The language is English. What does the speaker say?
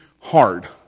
hard